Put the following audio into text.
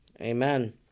Amen